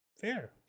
fair